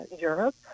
Europe